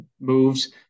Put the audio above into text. moves